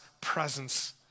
presence